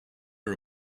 her